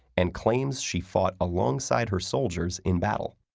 and claims she fought alongside her soldiers in battle.